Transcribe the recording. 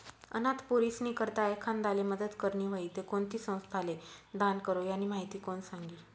अनाथ पोरीस्नी करता एखांदाले मदत करनी व्हयी ते कोणती संस्थाले दान करो, यानी माहिती कोण सांगी